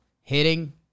hitting